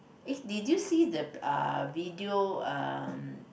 eh did you see the uh video uh